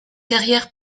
carrières